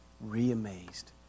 re-amazed